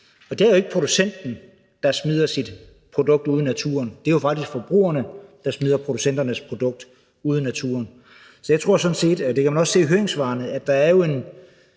Og det er jo ikke producenten, der smider sit produkt ude i naturen, det er jo faktisk forbrugerne, der smider producentens produkt ude i naturen. Så jeg tror sådan set – og det kan man også se i høringssvarene – at der er en